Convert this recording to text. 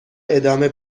ادامه